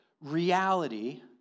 reality